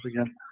again